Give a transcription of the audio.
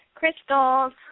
Crystals